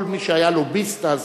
כל מי שהיה לוביסט אז,